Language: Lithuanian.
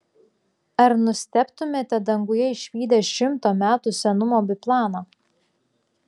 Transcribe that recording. ar nustebtumėte danguje išvydę šimto metų senumo biplaną